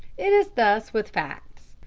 it is thus with facts.